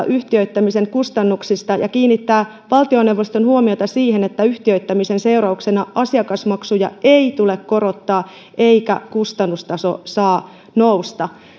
yhtiöittämisen kustannuksista ja kiinnittää valtioneuvoston huomiota siihen että yhtiöittämisen seurauksena asiakasmaksuja ei tule korottaa eikä kustannustaso saa nousta